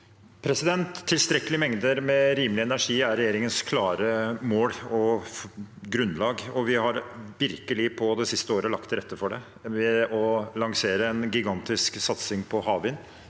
Tilstrekkelige mengder med rimelig energi er regjeringens klare mål og grunnlag, og vi har det siste året virkelig lagt til rette for det ved å lansere en gigantisk satsing på havvind,